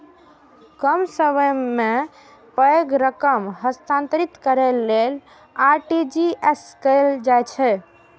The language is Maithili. कम समय मे पैघ रकम हस्तांतरित करै लेल आर.टी.जी.एस कैल जाइ छै